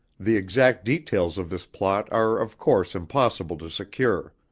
the exact details of this plot are of course impossible to secure.